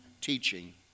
teaching